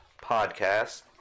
podcast